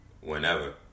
whenever